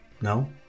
No